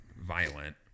violent